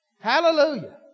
Hallelujah